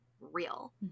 real